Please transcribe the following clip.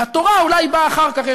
והתורה אולי באה אחר כך,